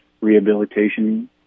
rehabilitation